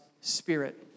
Spirit